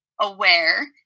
aware